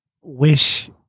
wish